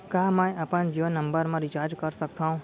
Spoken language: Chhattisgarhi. का मैं अपन जीयो नंबर म रिचार्ज कर सकथव?